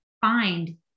find